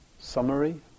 summary